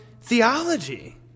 theology